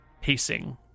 pacing